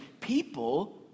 people